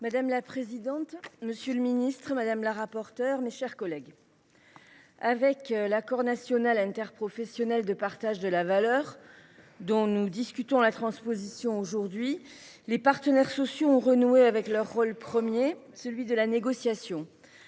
Madame la présidente, monsieur le ministre, mes chers collègues, avec l’accord national interprofessionnel de partage de la valeur dont nous examinons la transposition aujourd’hui, les partenaires sociaux ont renoué avec leur rôle premier, à savoir la négociation.